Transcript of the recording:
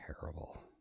terrible